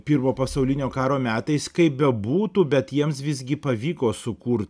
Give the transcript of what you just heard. pirmo pasaulinio karo metais kaip bebūtų bet jiems visgi pavyko sukurt